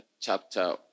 chapter